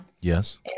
Yes